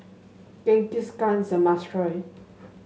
jingisukan is a must try